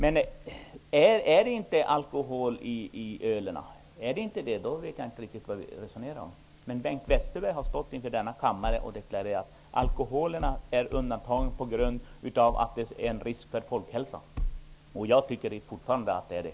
Är det inte alkohol i öl? Är det inte det -- då vet jag inte riktigt vad vi resonerar om. Men Bengt Westerberg har inför denna kammare deklarerat att alkoholen är undantagen på grund av att den utgör en risk för folkhälsan. Jag tycker att den fortfarande är det.